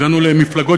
הגענו למפלגות,